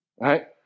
Right